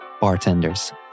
bartenders